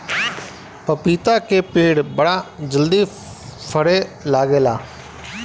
पपीता के पेड़ बड़ा जल्दी फरे लागेला